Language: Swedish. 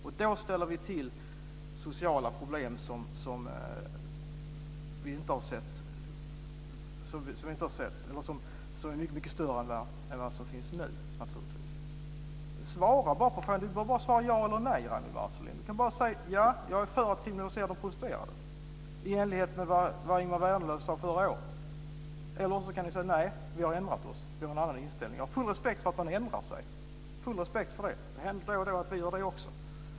Det skulle ställa till sociala problem som är mycket större än de som finns nu. Svara bara ja eller nej på frågan! Svara ja, om Ragnwi Marcelind är för att kriminalisera de prostituerade, i enlighet med vad Ingemar Vänerlöv sade förra året. Eller svara nej, om ni har ändrat er och har en annan inställning. Jag har full respekt för att man ändrar sig - det händer då och då att vi gör det också.